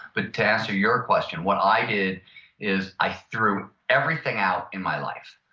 but to answer your question, what i did is i threw everything out in my life.